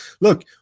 Look